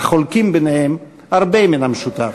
החולקים ביניהם הרבה מן המשותף.